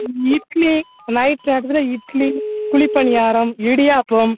idli night நேரத்தில் இட்லி குழிப்பணியாரம் இடியாப்பம்